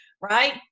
right